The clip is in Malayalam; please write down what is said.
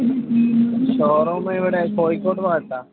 ഷോറൂമ ഇവിടെ കോഴിക്കോട് ഭാഗത്താണ്